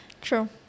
true